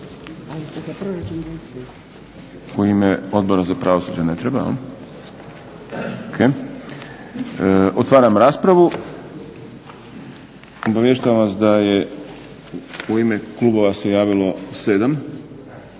U ime Odbora za pravosuđe? Ne treba. Otvaram raspravu, obavještavam vas da je u ime Klubova se javilo 7